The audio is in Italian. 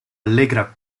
allegra